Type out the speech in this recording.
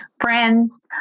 Friends